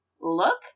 look